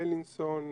בילינסון,